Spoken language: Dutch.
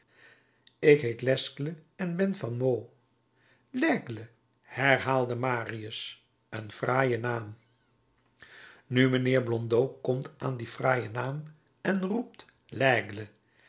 ik heet lesgle en ben van meaux l'aigle herhaalde marius een fraaie naam nu mijnheer blondeau komt aan dien fraaien naam en roept